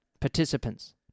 Participants